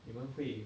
你们会